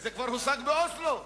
זה כבר הושג באוסלו,